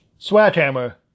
Swathammer